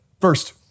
First